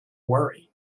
worry